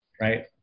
right